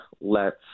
lets